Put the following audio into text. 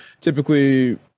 typically